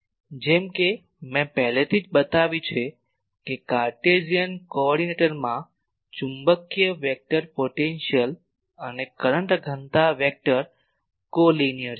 જેમ કે મેં પહેલેથી જ બતાવ્યું છે કે કાર્ટેશિયન કો ઓર્ડીનેટમાં ચુંબકીય વેક્ટર પોટેન્શિયલ અને કરંટ ઘનતા વેક્ટર કોલિનિયર છે